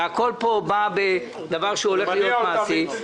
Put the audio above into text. והכול פה מגיע בדבר שהולך להיות מעשי,